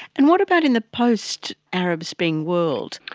and what about in the post arabic spring world?